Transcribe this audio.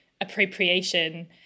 appropriation